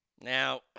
Now